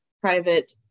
private